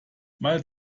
mal